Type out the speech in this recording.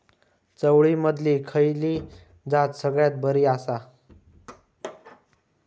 चवळीमधली खयली जात सगळ्यात बरी आसा?